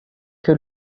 que